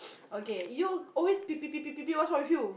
okay you always be be be be be what's wrong with you